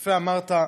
יפה אמרת,